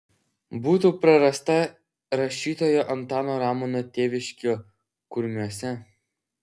būtų prarasta rašytojo antano ramono tėviškė kurmiuose